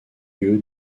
lieu